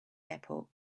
airport